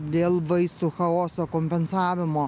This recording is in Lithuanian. dėl vaistų chaoso kompensavimo